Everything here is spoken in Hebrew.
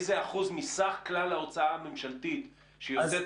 איזה אחוז מסך כלל ההוצאה הממשלתית שיוצאת